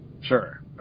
Sure